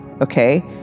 okay